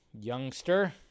youngster